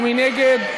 מי נגד?